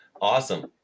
Awesome